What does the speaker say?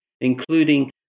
including